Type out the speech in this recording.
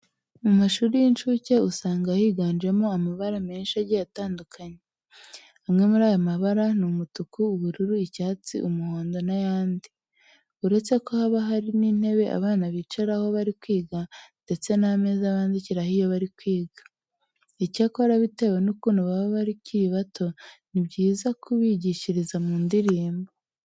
Mu mashuri y'incuke usanga higanjemo amabara menshi agiye atandukanye. Amwe muri ayo mabara ni umutuku, ubururu, icyatsi, umuhondo n'ayandi. Uretse ko haba hari n'intebe abana bicaraho bari kwiga ndetse n'ameza bandikiraho iyo bari kwiga. Icyakora, bitewe n'ukuntu baba bakiri bato ni byiza kubigishiriza mu ndirimbo.